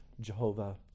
Jehovah